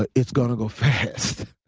but it's gonna go fast.